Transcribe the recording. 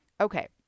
Okay